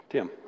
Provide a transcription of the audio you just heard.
Tim